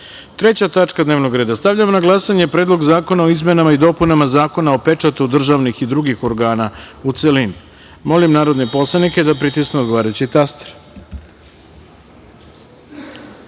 tačka dnevnog reda. Stavljam na glasanje Predlog zakona o izmenama i dopunama Zakona o pečatu državnih i drugih organa, u celini. Molim narodne poslanike da pritisnu odgovarajući